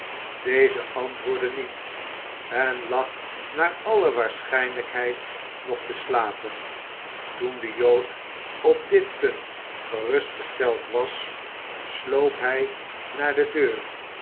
deze antwoordde niet en lag naar alle waarschijnlijkheid nog te slapen toen de jood op dit punt gerustgesteld was sloop hij naar de deur